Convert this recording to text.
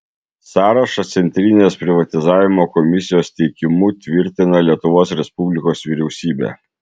sąrašą centrinės privatizavimo komisijos teikimu tvirtina lietuvos respublikos vyriausybė